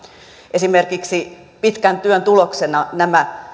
esimerkiksi pitkän työn tuloksena nämä